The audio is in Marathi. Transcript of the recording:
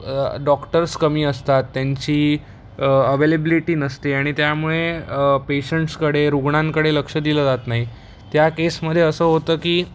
डॉक्टर्स कमी असतात त्यांची अवेलेबिलीटी नसते आणि त्यामुळे पेशंट्सकडे रुग्णांकडे लक्ष दिलं जात नाही त्या केसमध्ये असं होतं की